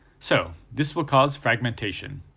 so, this will cause fragmentation.